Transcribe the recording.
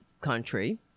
country